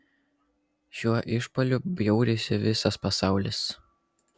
šiuo išpuoliu bjaurisi visas pasaulis